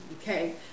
okay